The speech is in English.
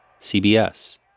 CBS